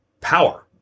power